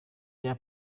rya